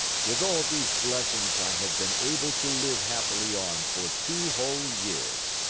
with all these blessings, i have been able to live happily on for two whole years,